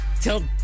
till